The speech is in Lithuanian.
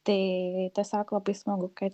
tai tiesiog labai smagu kad